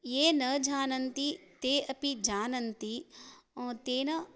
ये न जानन्ति ते अपि जानन्ति तेन